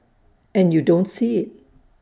and you don't see IT